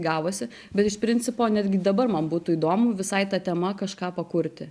gavosi bet iš principo netgi dabar man būtų įdomu visai ta tema kažką pakurti